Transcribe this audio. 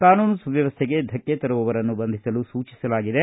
ಕಾನೂನು ಸುವ್ಧವಸ್ಥೆಗೆ ಧಕ್ಷೆ ತರುವವರನ್ನು ಬಂಧಿಸಲು ಸೂಚಿಸಲಾಗಿದೆ